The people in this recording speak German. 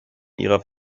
ihrer